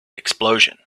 explosion